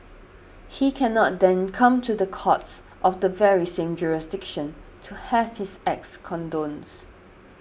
he cannot then come to the courts of the very same jurisdiction to have his acts